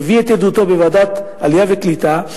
הוא הביא את עדותו בוועדת העלייה והקליטה,